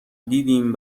دیدیم